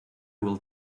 will